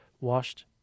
washed